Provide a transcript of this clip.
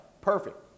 perfect